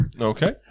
Okay